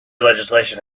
legislation